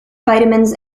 vitamins